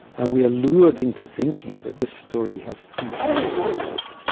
and we are lured into thinking that this story has three characters in it,